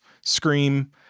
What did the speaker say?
Scream